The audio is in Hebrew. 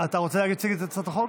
אתה רוצה להציג את הצעת החוק?